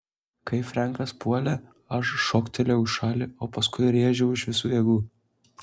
kai frenkas puolė aš šoktelėjau į šalį o paskui rėžiau iš visų jėgų